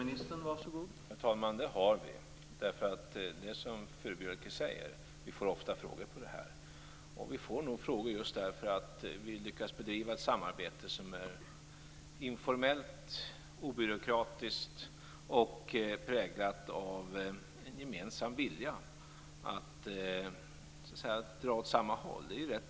Herr talman! Det har vi. Som Furubjelke säger får vi ofta frågor om det här. Vi får nog frågor just på grund av att vi lyckas bedriva ett samarbete som är informellt, obyråkratiskt och präglat av en gemensam vilja att dra åt samma håll.